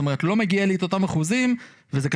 זאת אומרת,